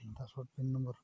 passport pin number